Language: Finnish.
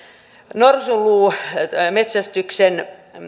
norsunluunmetsästyksen